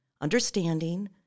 understanding